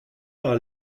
par